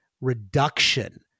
reduction